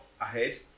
ahead